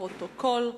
לפרוטוקול.